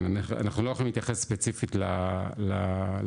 אנחנו לא יכולים להתייחס ספציפית למספרים,